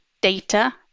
data